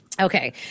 Okay